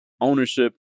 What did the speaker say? Ownership